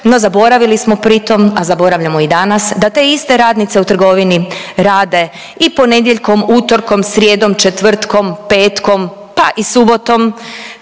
no zaboravili smo pritom, a zaboravljamo i danas da te iste radnice u trgovini rade i ponedjeljkom, utorkom, srijedom, četvrtkom, petkom pa i subotom,